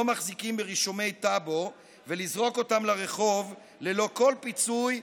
מחזיקים ברישומי טאבו ולזרוק אותם לרחוב ללא כל פיצוי,